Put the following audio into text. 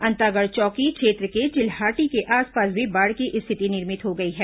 अंतागढ़ चौकी क्षेत्र के चिल्हाटी के आसपास भी बाढ़ की स्थिति निर्मित हो गई है